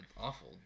awful